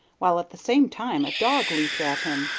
while at the same time a dog leaped at him.